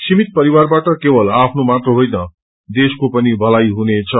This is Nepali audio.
सीमित परिवारबाट केवल आफ्नो ामात्र होईन देशको पनि भलाई हुनेछ